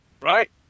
Right